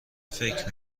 فکر